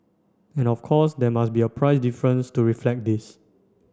and of course there must be a price difference to reflect this